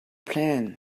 plan